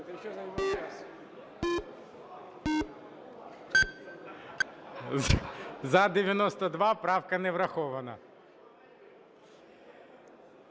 За-79 Правка не врахована.